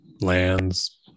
lands